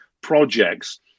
projects